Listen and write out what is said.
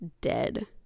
dead